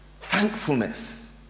Thankfulness